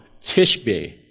Tishbe